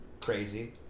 Crazy